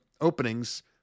openings